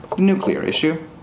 nuclear issue.